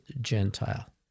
Gentile